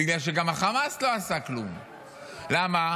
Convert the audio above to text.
בגלל שגם החמאס לא עשה כלום, למה?